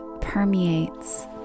permeates